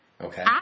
Okay